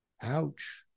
ouch